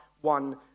one